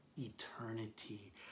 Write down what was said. eternity